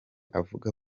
avuga